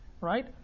Right